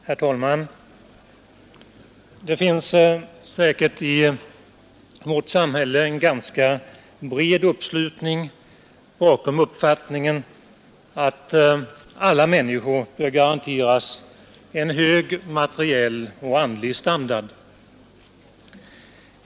Herr talman! Det finns säkert i vårt samhälle en ganska bred uppslutning bakom uppfattningen att alla människor bör garanteras en hög materiell och andlig standard.